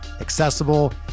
accessible